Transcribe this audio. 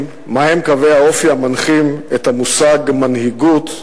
מהם קווי האופי המנחים של המושג מנהיגות,